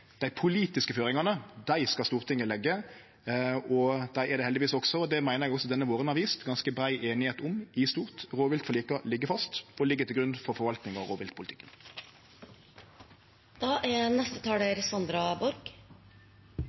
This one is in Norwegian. Dei politiske føringane skal Stortinget leggje, og dei er det heldigvis ganske brei einigheit om i stort. Det meiner eg at også denne våren har vist. Rovviltforliket ligg fast og ligg til grunn for forvaltninga av rovviltpolitikken. Det er